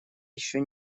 еще